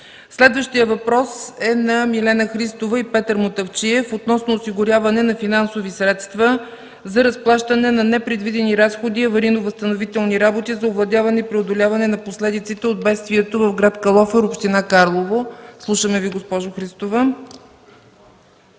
Следващият въпрос е на Милена Христова и Петър Мутафчиев относно осигуряване на финансови средства за разплащане на непредвидени разходи и аварийно-възстановителни работи за овладяване и преодоляване на последиците от бедствието в гр. Калофер, община Карлово. Слушаме Ви, госпожо Христова.